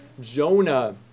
Jonah